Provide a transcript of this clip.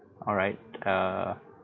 alright err